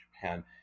Japan